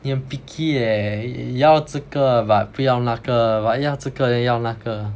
你很 picky leh 要这个 but 不要那个 but 要这个也要那个